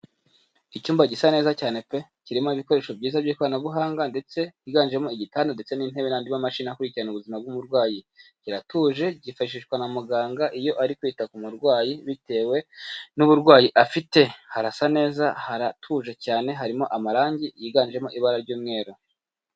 Icyumba gisa neza cyane pe kirimo ibikoresho byiza by'ikoranabuhanga ndetse higanjemo igitanda ndetse n'intebe n'andi mamashini akurikirana ubuzima bw'umurwayi. Kiratuje, byifashishwa na muganga iyo ari kwita ku murwayi bitewe n'uburwayi afite. Harasa neza haratuje cyane, harimo amarangi yiganjemo ibara ry'umweru.